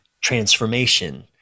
transformation